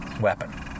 weapon